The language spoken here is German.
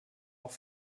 auch